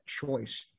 choice